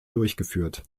durchgeführt